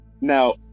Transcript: Now